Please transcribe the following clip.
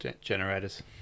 generators